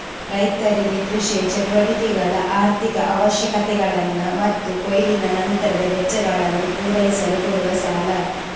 ರೈತರಿಗೆ ಕೃಷಿ ಚಟುವಟಿಕೆಗಳ ಆರ್ಥಿಕ ಅವಶ್ಯಕತೆಗಳನ್ನ ಮತ್ತು ಕೊಯ್ಲಿನ ನಂತರದ ವೆಚ್ಚಗಳನ್ನ ಪೂರೈಸಲು ಕೊಡುವ ಸಾಲ